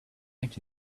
into